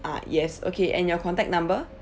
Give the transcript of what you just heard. ah yes okay and your contact number